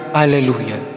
alleluia